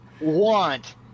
want